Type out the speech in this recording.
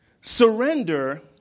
Surrender